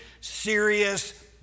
serious